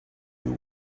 you